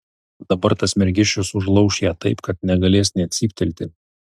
dabar tas mergišius užlauš ją taip kad negalės nė cyptelti